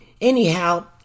Anyhow